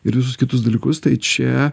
ir visus kitus dalykus tai čia